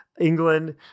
England